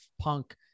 punk